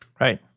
Right